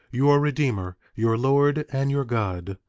your redeemer, your lord and your god.